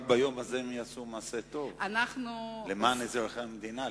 רק ביום הזה הם יעשו מעשה טוב למען אזרחי המדינה?